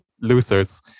losers